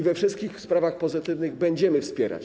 We wszystkich sprawach pozytywnych będziemy wspierać.